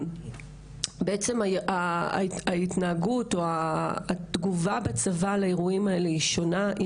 בעצם ההתנהגות או התגובה בצבא לאירועים האלה היא שונה,